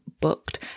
booked